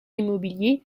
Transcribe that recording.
immobilier